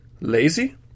lazy